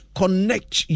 connect